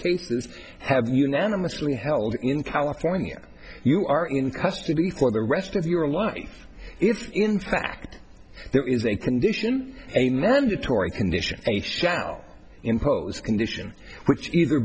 cases have unanimously held in california you are in custody for the rest of your life if in fact there is a condition a mandatory condition a shall impose condition which